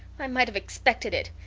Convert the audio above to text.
i might have expected it.